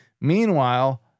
Meanwhile